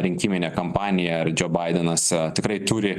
rinkiminė kampanija ar džio baidenas a tikrai turi